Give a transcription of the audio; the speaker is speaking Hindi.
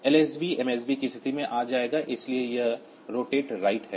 एलएसबी एमएसबी की स्थिति में आ जाएगा इसलिए यह रोटेट राइट है